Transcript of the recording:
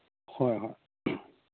ꯍꯣꯏ ꯍꯣꯏ